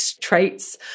traits